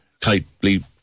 tightly